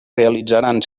realitzaran